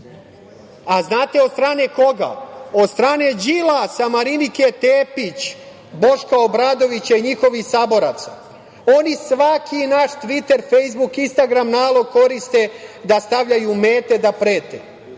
A, znate od strane koga? Od strane Đilasa, Marinike Tepić, Boška Obradovića i njihovih saboraca. Oni svaki naš Tviter, Fejsbuk, Instagram nalog koriste da stavljaju mete da prete.